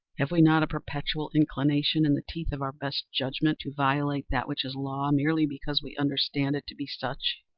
have we not a perpetual inclination, in the teeth of our best judgment, to violate that which is law, merely because we understand it to be such?